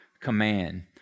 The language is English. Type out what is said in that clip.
command